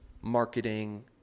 marketing